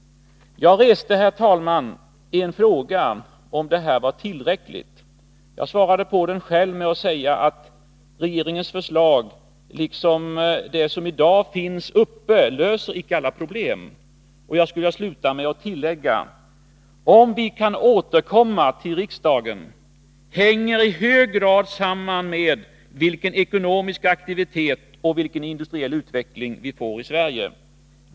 Jag reste, herr talman, frågan om detta var tillräckligt. Jag svarade på den själv med att säga att regeringens förslag, liksom det som i dag är uppe till diskussion, inte löser alla problem. Och jag skulle vilja sluta med att tillägga: Om vi kan återkomma till riksdagen med fler Norrbottensförslag hänger i hög grad samman med vilken ekonomisk aktivitet och vilken industriell utveckling vi får i Sverige.